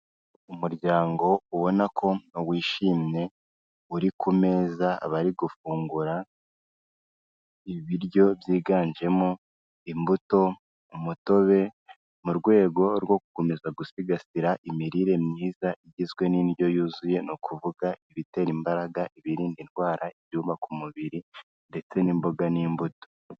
Umuryango ubona ko wishimye uri ku meza bari gufungura ibiryo, byiganjemo imbuto, umutobe mu rwego rwo gukomeza gusigasira imirire myiza igizwe n'indyo yuzuye, ni ukuvuga ibitera imbaraga, ibirinda indwara, ibyubaka umubiri ndetse n'imboga n'imbuto.